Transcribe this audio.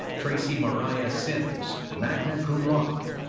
tracee mariah simms, magna cum laude.